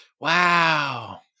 Wow